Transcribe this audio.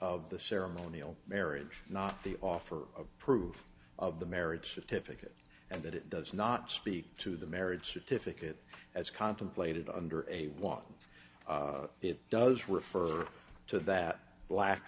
of the ceremonial marriage not the offer of proof of the marriage certificate and that it does not speak to the marriage certificate as contemplated under a want it does refer to that black